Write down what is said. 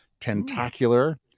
Tentacular